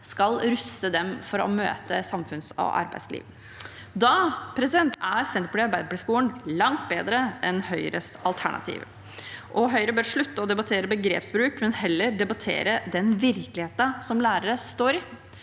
skal ruste dem for å møte samfunns- og arbeidsliv. Da er Senterparti–Arbeiderparti-skolen langt bedre enn Høyres alternativ. Høyre bør slutte å debattere begrepsbruk og heller debattere den virkeligheten lærere står i.